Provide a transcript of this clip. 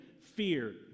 Fear